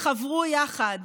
חברו יחד